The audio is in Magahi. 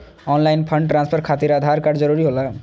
ऑनलाइन फंड ट्रांसफर खातिर आधार कार्ड जरूरी होला?